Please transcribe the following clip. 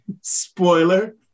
spoiler